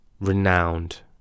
renowned